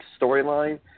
storyline